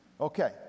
Okay